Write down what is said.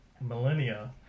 millennia